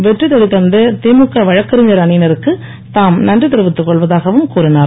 வெற்றி தேடித்தந்த திமுக வழக்கறிஞர் அணியினருக்கு தாம் நன்றி தெரிவித்துக் கொள்வதாகவும் கூறிஞர்